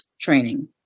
training